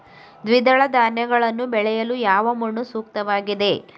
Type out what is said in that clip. ದ್ವಿದಳ ಧಾನ್ಯಗಳನ್ನು ಬೆಳೆಯಲು ಯಾವ ಮಣ್ಣು ಸೂಕ್ತವಾಗಿದೆ?